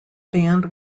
band